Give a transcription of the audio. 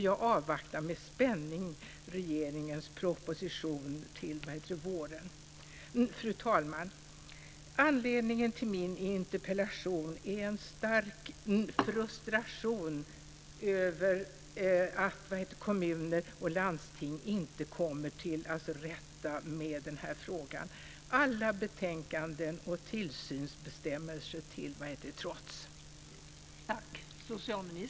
Jag avvaktar med spänning regeringens proposition som ska läggas fram till våren. Fru talman! Anledningen till min interpellation är en stark frustration över att kommuner och landsting inte kommer till rätta med frågan - alla betänkanden och tillsynsbestämmelser till trots!